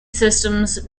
systems